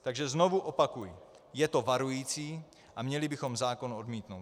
Takže znovu opakuji je to varující a měli bychom zákon odmítnout.